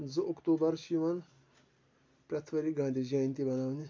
زٕ اکتوٗبَر چھُ یِوان پرٛٮ۪تھ ؤریہِ گاندھی جینتی مناونہِ